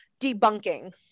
debunking